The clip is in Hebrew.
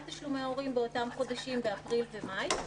תשלומי ההורים באותם חודשים באפריל ומאי.